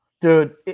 Dude